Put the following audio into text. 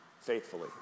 faithfully